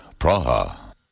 Praha